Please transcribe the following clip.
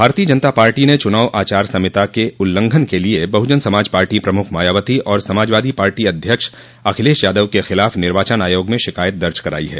भारतीय जनता पार्टी ने चुनाव आचार संहिता के उल्लंघन के लिए बहुजन समाज पार्टी प्रमुख मायावती और समाजवादी पार्टी अध्यक्ष अखिलेश यादव के खिलाफ निर्वाचन आयोग में शिकायत दर्ज कराई है